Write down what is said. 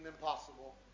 impossible